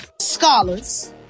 scholars